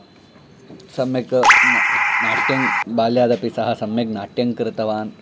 सम्यक् नृत्यं बाल्यादपि सः सम्यक् नाट्यं कृतवान्